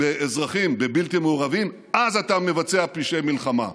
באזרחים, בבלתי מעורבים, אז אתה מבצע פשעי מלחמה.